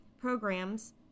programs